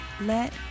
let